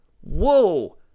Whoa